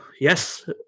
yes